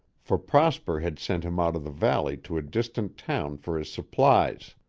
for prosper had sent him out of the valley to a distant town for his supplies.